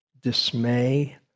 dismay